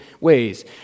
ways